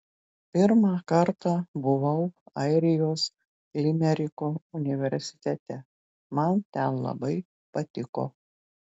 pirmą kartą buvau airijos limeriko universitete man ten labai patiko